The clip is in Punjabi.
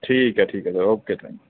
ਠੀਕ ਹੈ ਠੀਕ ਹੈ ਸਰ ਓਕੇ ਥੈਂਕ